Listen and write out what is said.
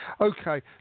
okay